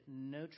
no